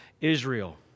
Israel